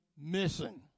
Missing